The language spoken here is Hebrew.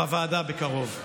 בוועדה בקרוב.